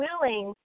willing